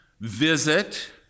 Visit